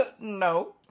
no